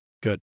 Good